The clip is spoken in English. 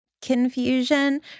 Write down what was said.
confusion